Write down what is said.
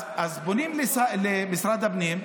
אז פונים למשרד הפנים,